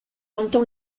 entend